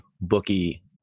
bookie